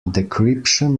decryption